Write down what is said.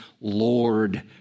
Lord